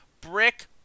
Brick